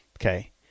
Okay